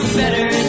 better